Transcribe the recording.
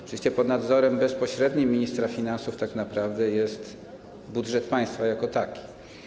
Oczywiście pod nadzorem bezpośrednim ministra finansów tak naprawdę jest budżet państwa jako taki.